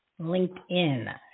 LinkedIn